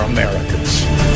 Americans